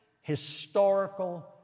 historical